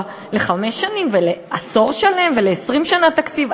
לחמש שנים ולעשור שלם ול-20 שנה תקציב,